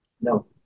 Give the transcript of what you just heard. no